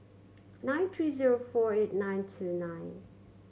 nine three zero four eight nine two nine